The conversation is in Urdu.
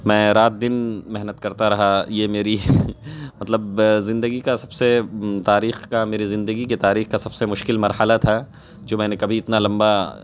میں رات دن محنت کرتا رہا یہ میری مطلب زندگی کا سب سے تاریخ کا میرے زندگی کے تاریخ کا سب سے مشکل مرحلہ تھا جو میں نے کبھی اتنا لمبا